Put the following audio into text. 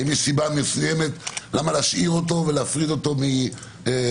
האם יש סיבה מסוימת למה להשאיר אותו ולהפריד אותו מאשתו?